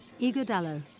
Igodalo